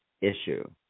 issue